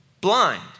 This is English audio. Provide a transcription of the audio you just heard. blind